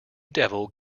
devil